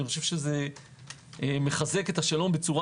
אני חושב שזה מחזק את השלום בצורה